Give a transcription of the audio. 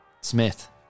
Smith